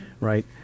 right